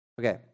Okay